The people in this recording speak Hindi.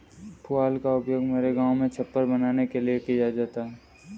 पुआल का उपयोग मेरे गांव में छप्पर बनाने के लिए किया जाता है